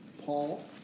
Paul